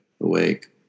awake